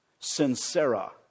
sincera